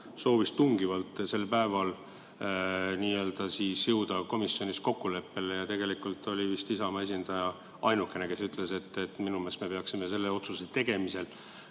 soovis tungivalt sel päeval jõuda komisjonis kokkuleppele. Ja tegelikult oli vist Isamaa esindaja ainukene, kes ütles, et me peaksime selle otsuse tegemisel